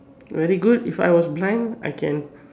very good if I was blind I can